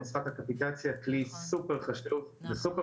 נוסחת הקפיטציה היא כלי סופר חשוב וסופר